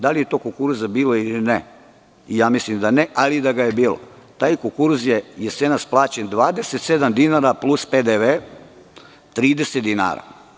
Da li je tog kukuruza bilo ili ne, mislim da ne, ali i da ga je bilo, taj kukuruz je jesenas plaćen 27 dinara plus PDV, 30 dinara.